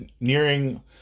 nearing